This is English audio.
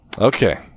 okay